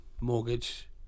mortgage